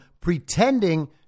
pretending